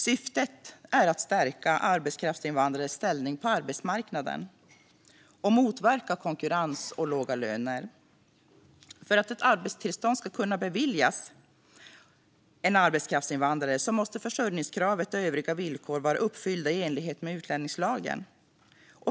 Syftet är att stärka arbetskraftsinvandrares ställning på arbetsmarknaden och motverka konkurrens och låga löner. Ett höjt försörjnings-krav för arbetskrafts-invandrare För att ett arbetstillstånd ska kunna beviljas en arbetskraftsinvandrare måste försörjningskravet och övriga villkor vara uppfyllda i enlighet med utlänningslagen.